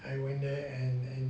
I went there and then